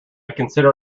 consider